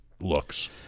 looks